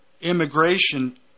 immigration